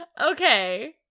Okay